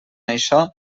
això